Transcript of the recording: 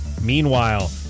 Meanwhile